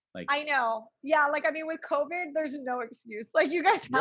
like i know. yeah. like, i mean with covid there's no excuse like you guys